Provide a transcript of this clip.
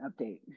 update